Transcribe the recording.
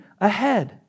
ahead